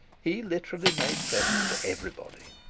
he literally made presents to everybody.